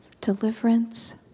deliverance